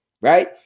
right